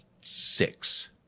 Six